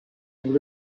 able